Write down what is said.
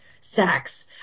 sex